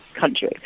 country